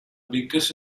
biggest